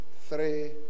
three